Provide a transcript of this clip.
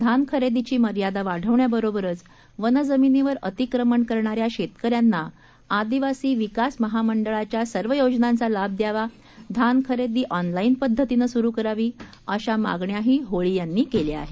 धान खरेदीची मर्यादा वाढवण्याबरोबरच वनजमिनीवर अतिक्रमण करणाऱ्या शेतकऱ्यांना आदिवासी विकास महामंडळाच्या सर्व योजनांचा लाभ द्यावा धान खरेदी ऑनलाईन पद्धतीनं सुरु करावी अशा मागण्याही होळी यांनी केल्या आहेत